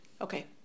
Okay